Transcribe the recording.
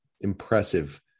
impressive